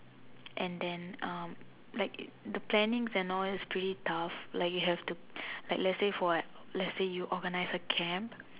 and then um like the plannings and all that is pretty tough like you have to like let's say for like let's say you organise a camp